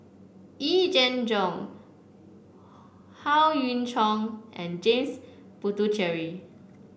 Yee Jenn Jong Howe Yoon Chong and James Puthucheary